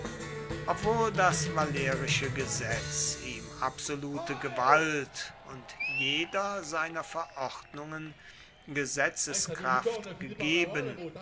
obwohl das valerische gesetz ihm absolute gewalt und jeder seiner verordnungen gesetzeskraft gegeben